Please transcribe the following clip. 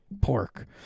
pork